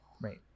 Right